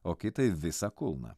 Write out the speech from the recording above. o kitai visą kulną